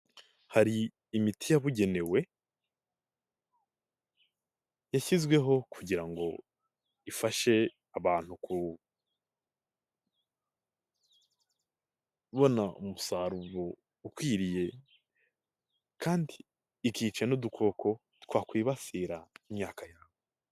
Hari imiti yabugenewe yashyizweho kugira ngo ifashe abantu kubona umusaruro ukwiriye kandi ikica n'udukoko twakwibasira imyaka yabo.